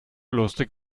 lustig